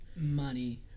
money